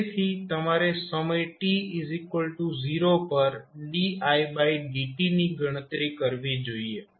તેથી તમારે સમય t0 પર didt ની ગણતરી કરવી જોઈએ